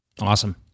Awesome